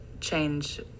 change